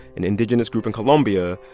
an indigenous group in colombia,